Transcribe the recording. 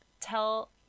tell